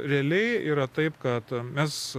realiai yra taip kad mes